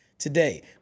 Today